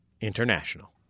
International